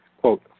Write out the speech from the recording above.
quote